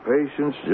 Patience